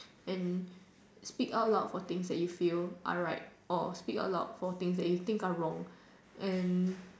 and speak out loud for things that you feel are right or speak out loud for things that you think are wrong and